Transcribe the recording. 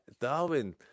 Darwin